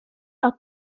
are